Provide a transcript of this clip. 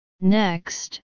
Next